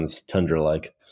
Tundra-like